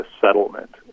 settlement